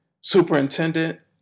superintendent